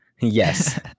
Yes